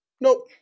Nope